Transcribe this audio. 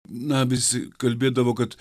na visi kalbėdavo kad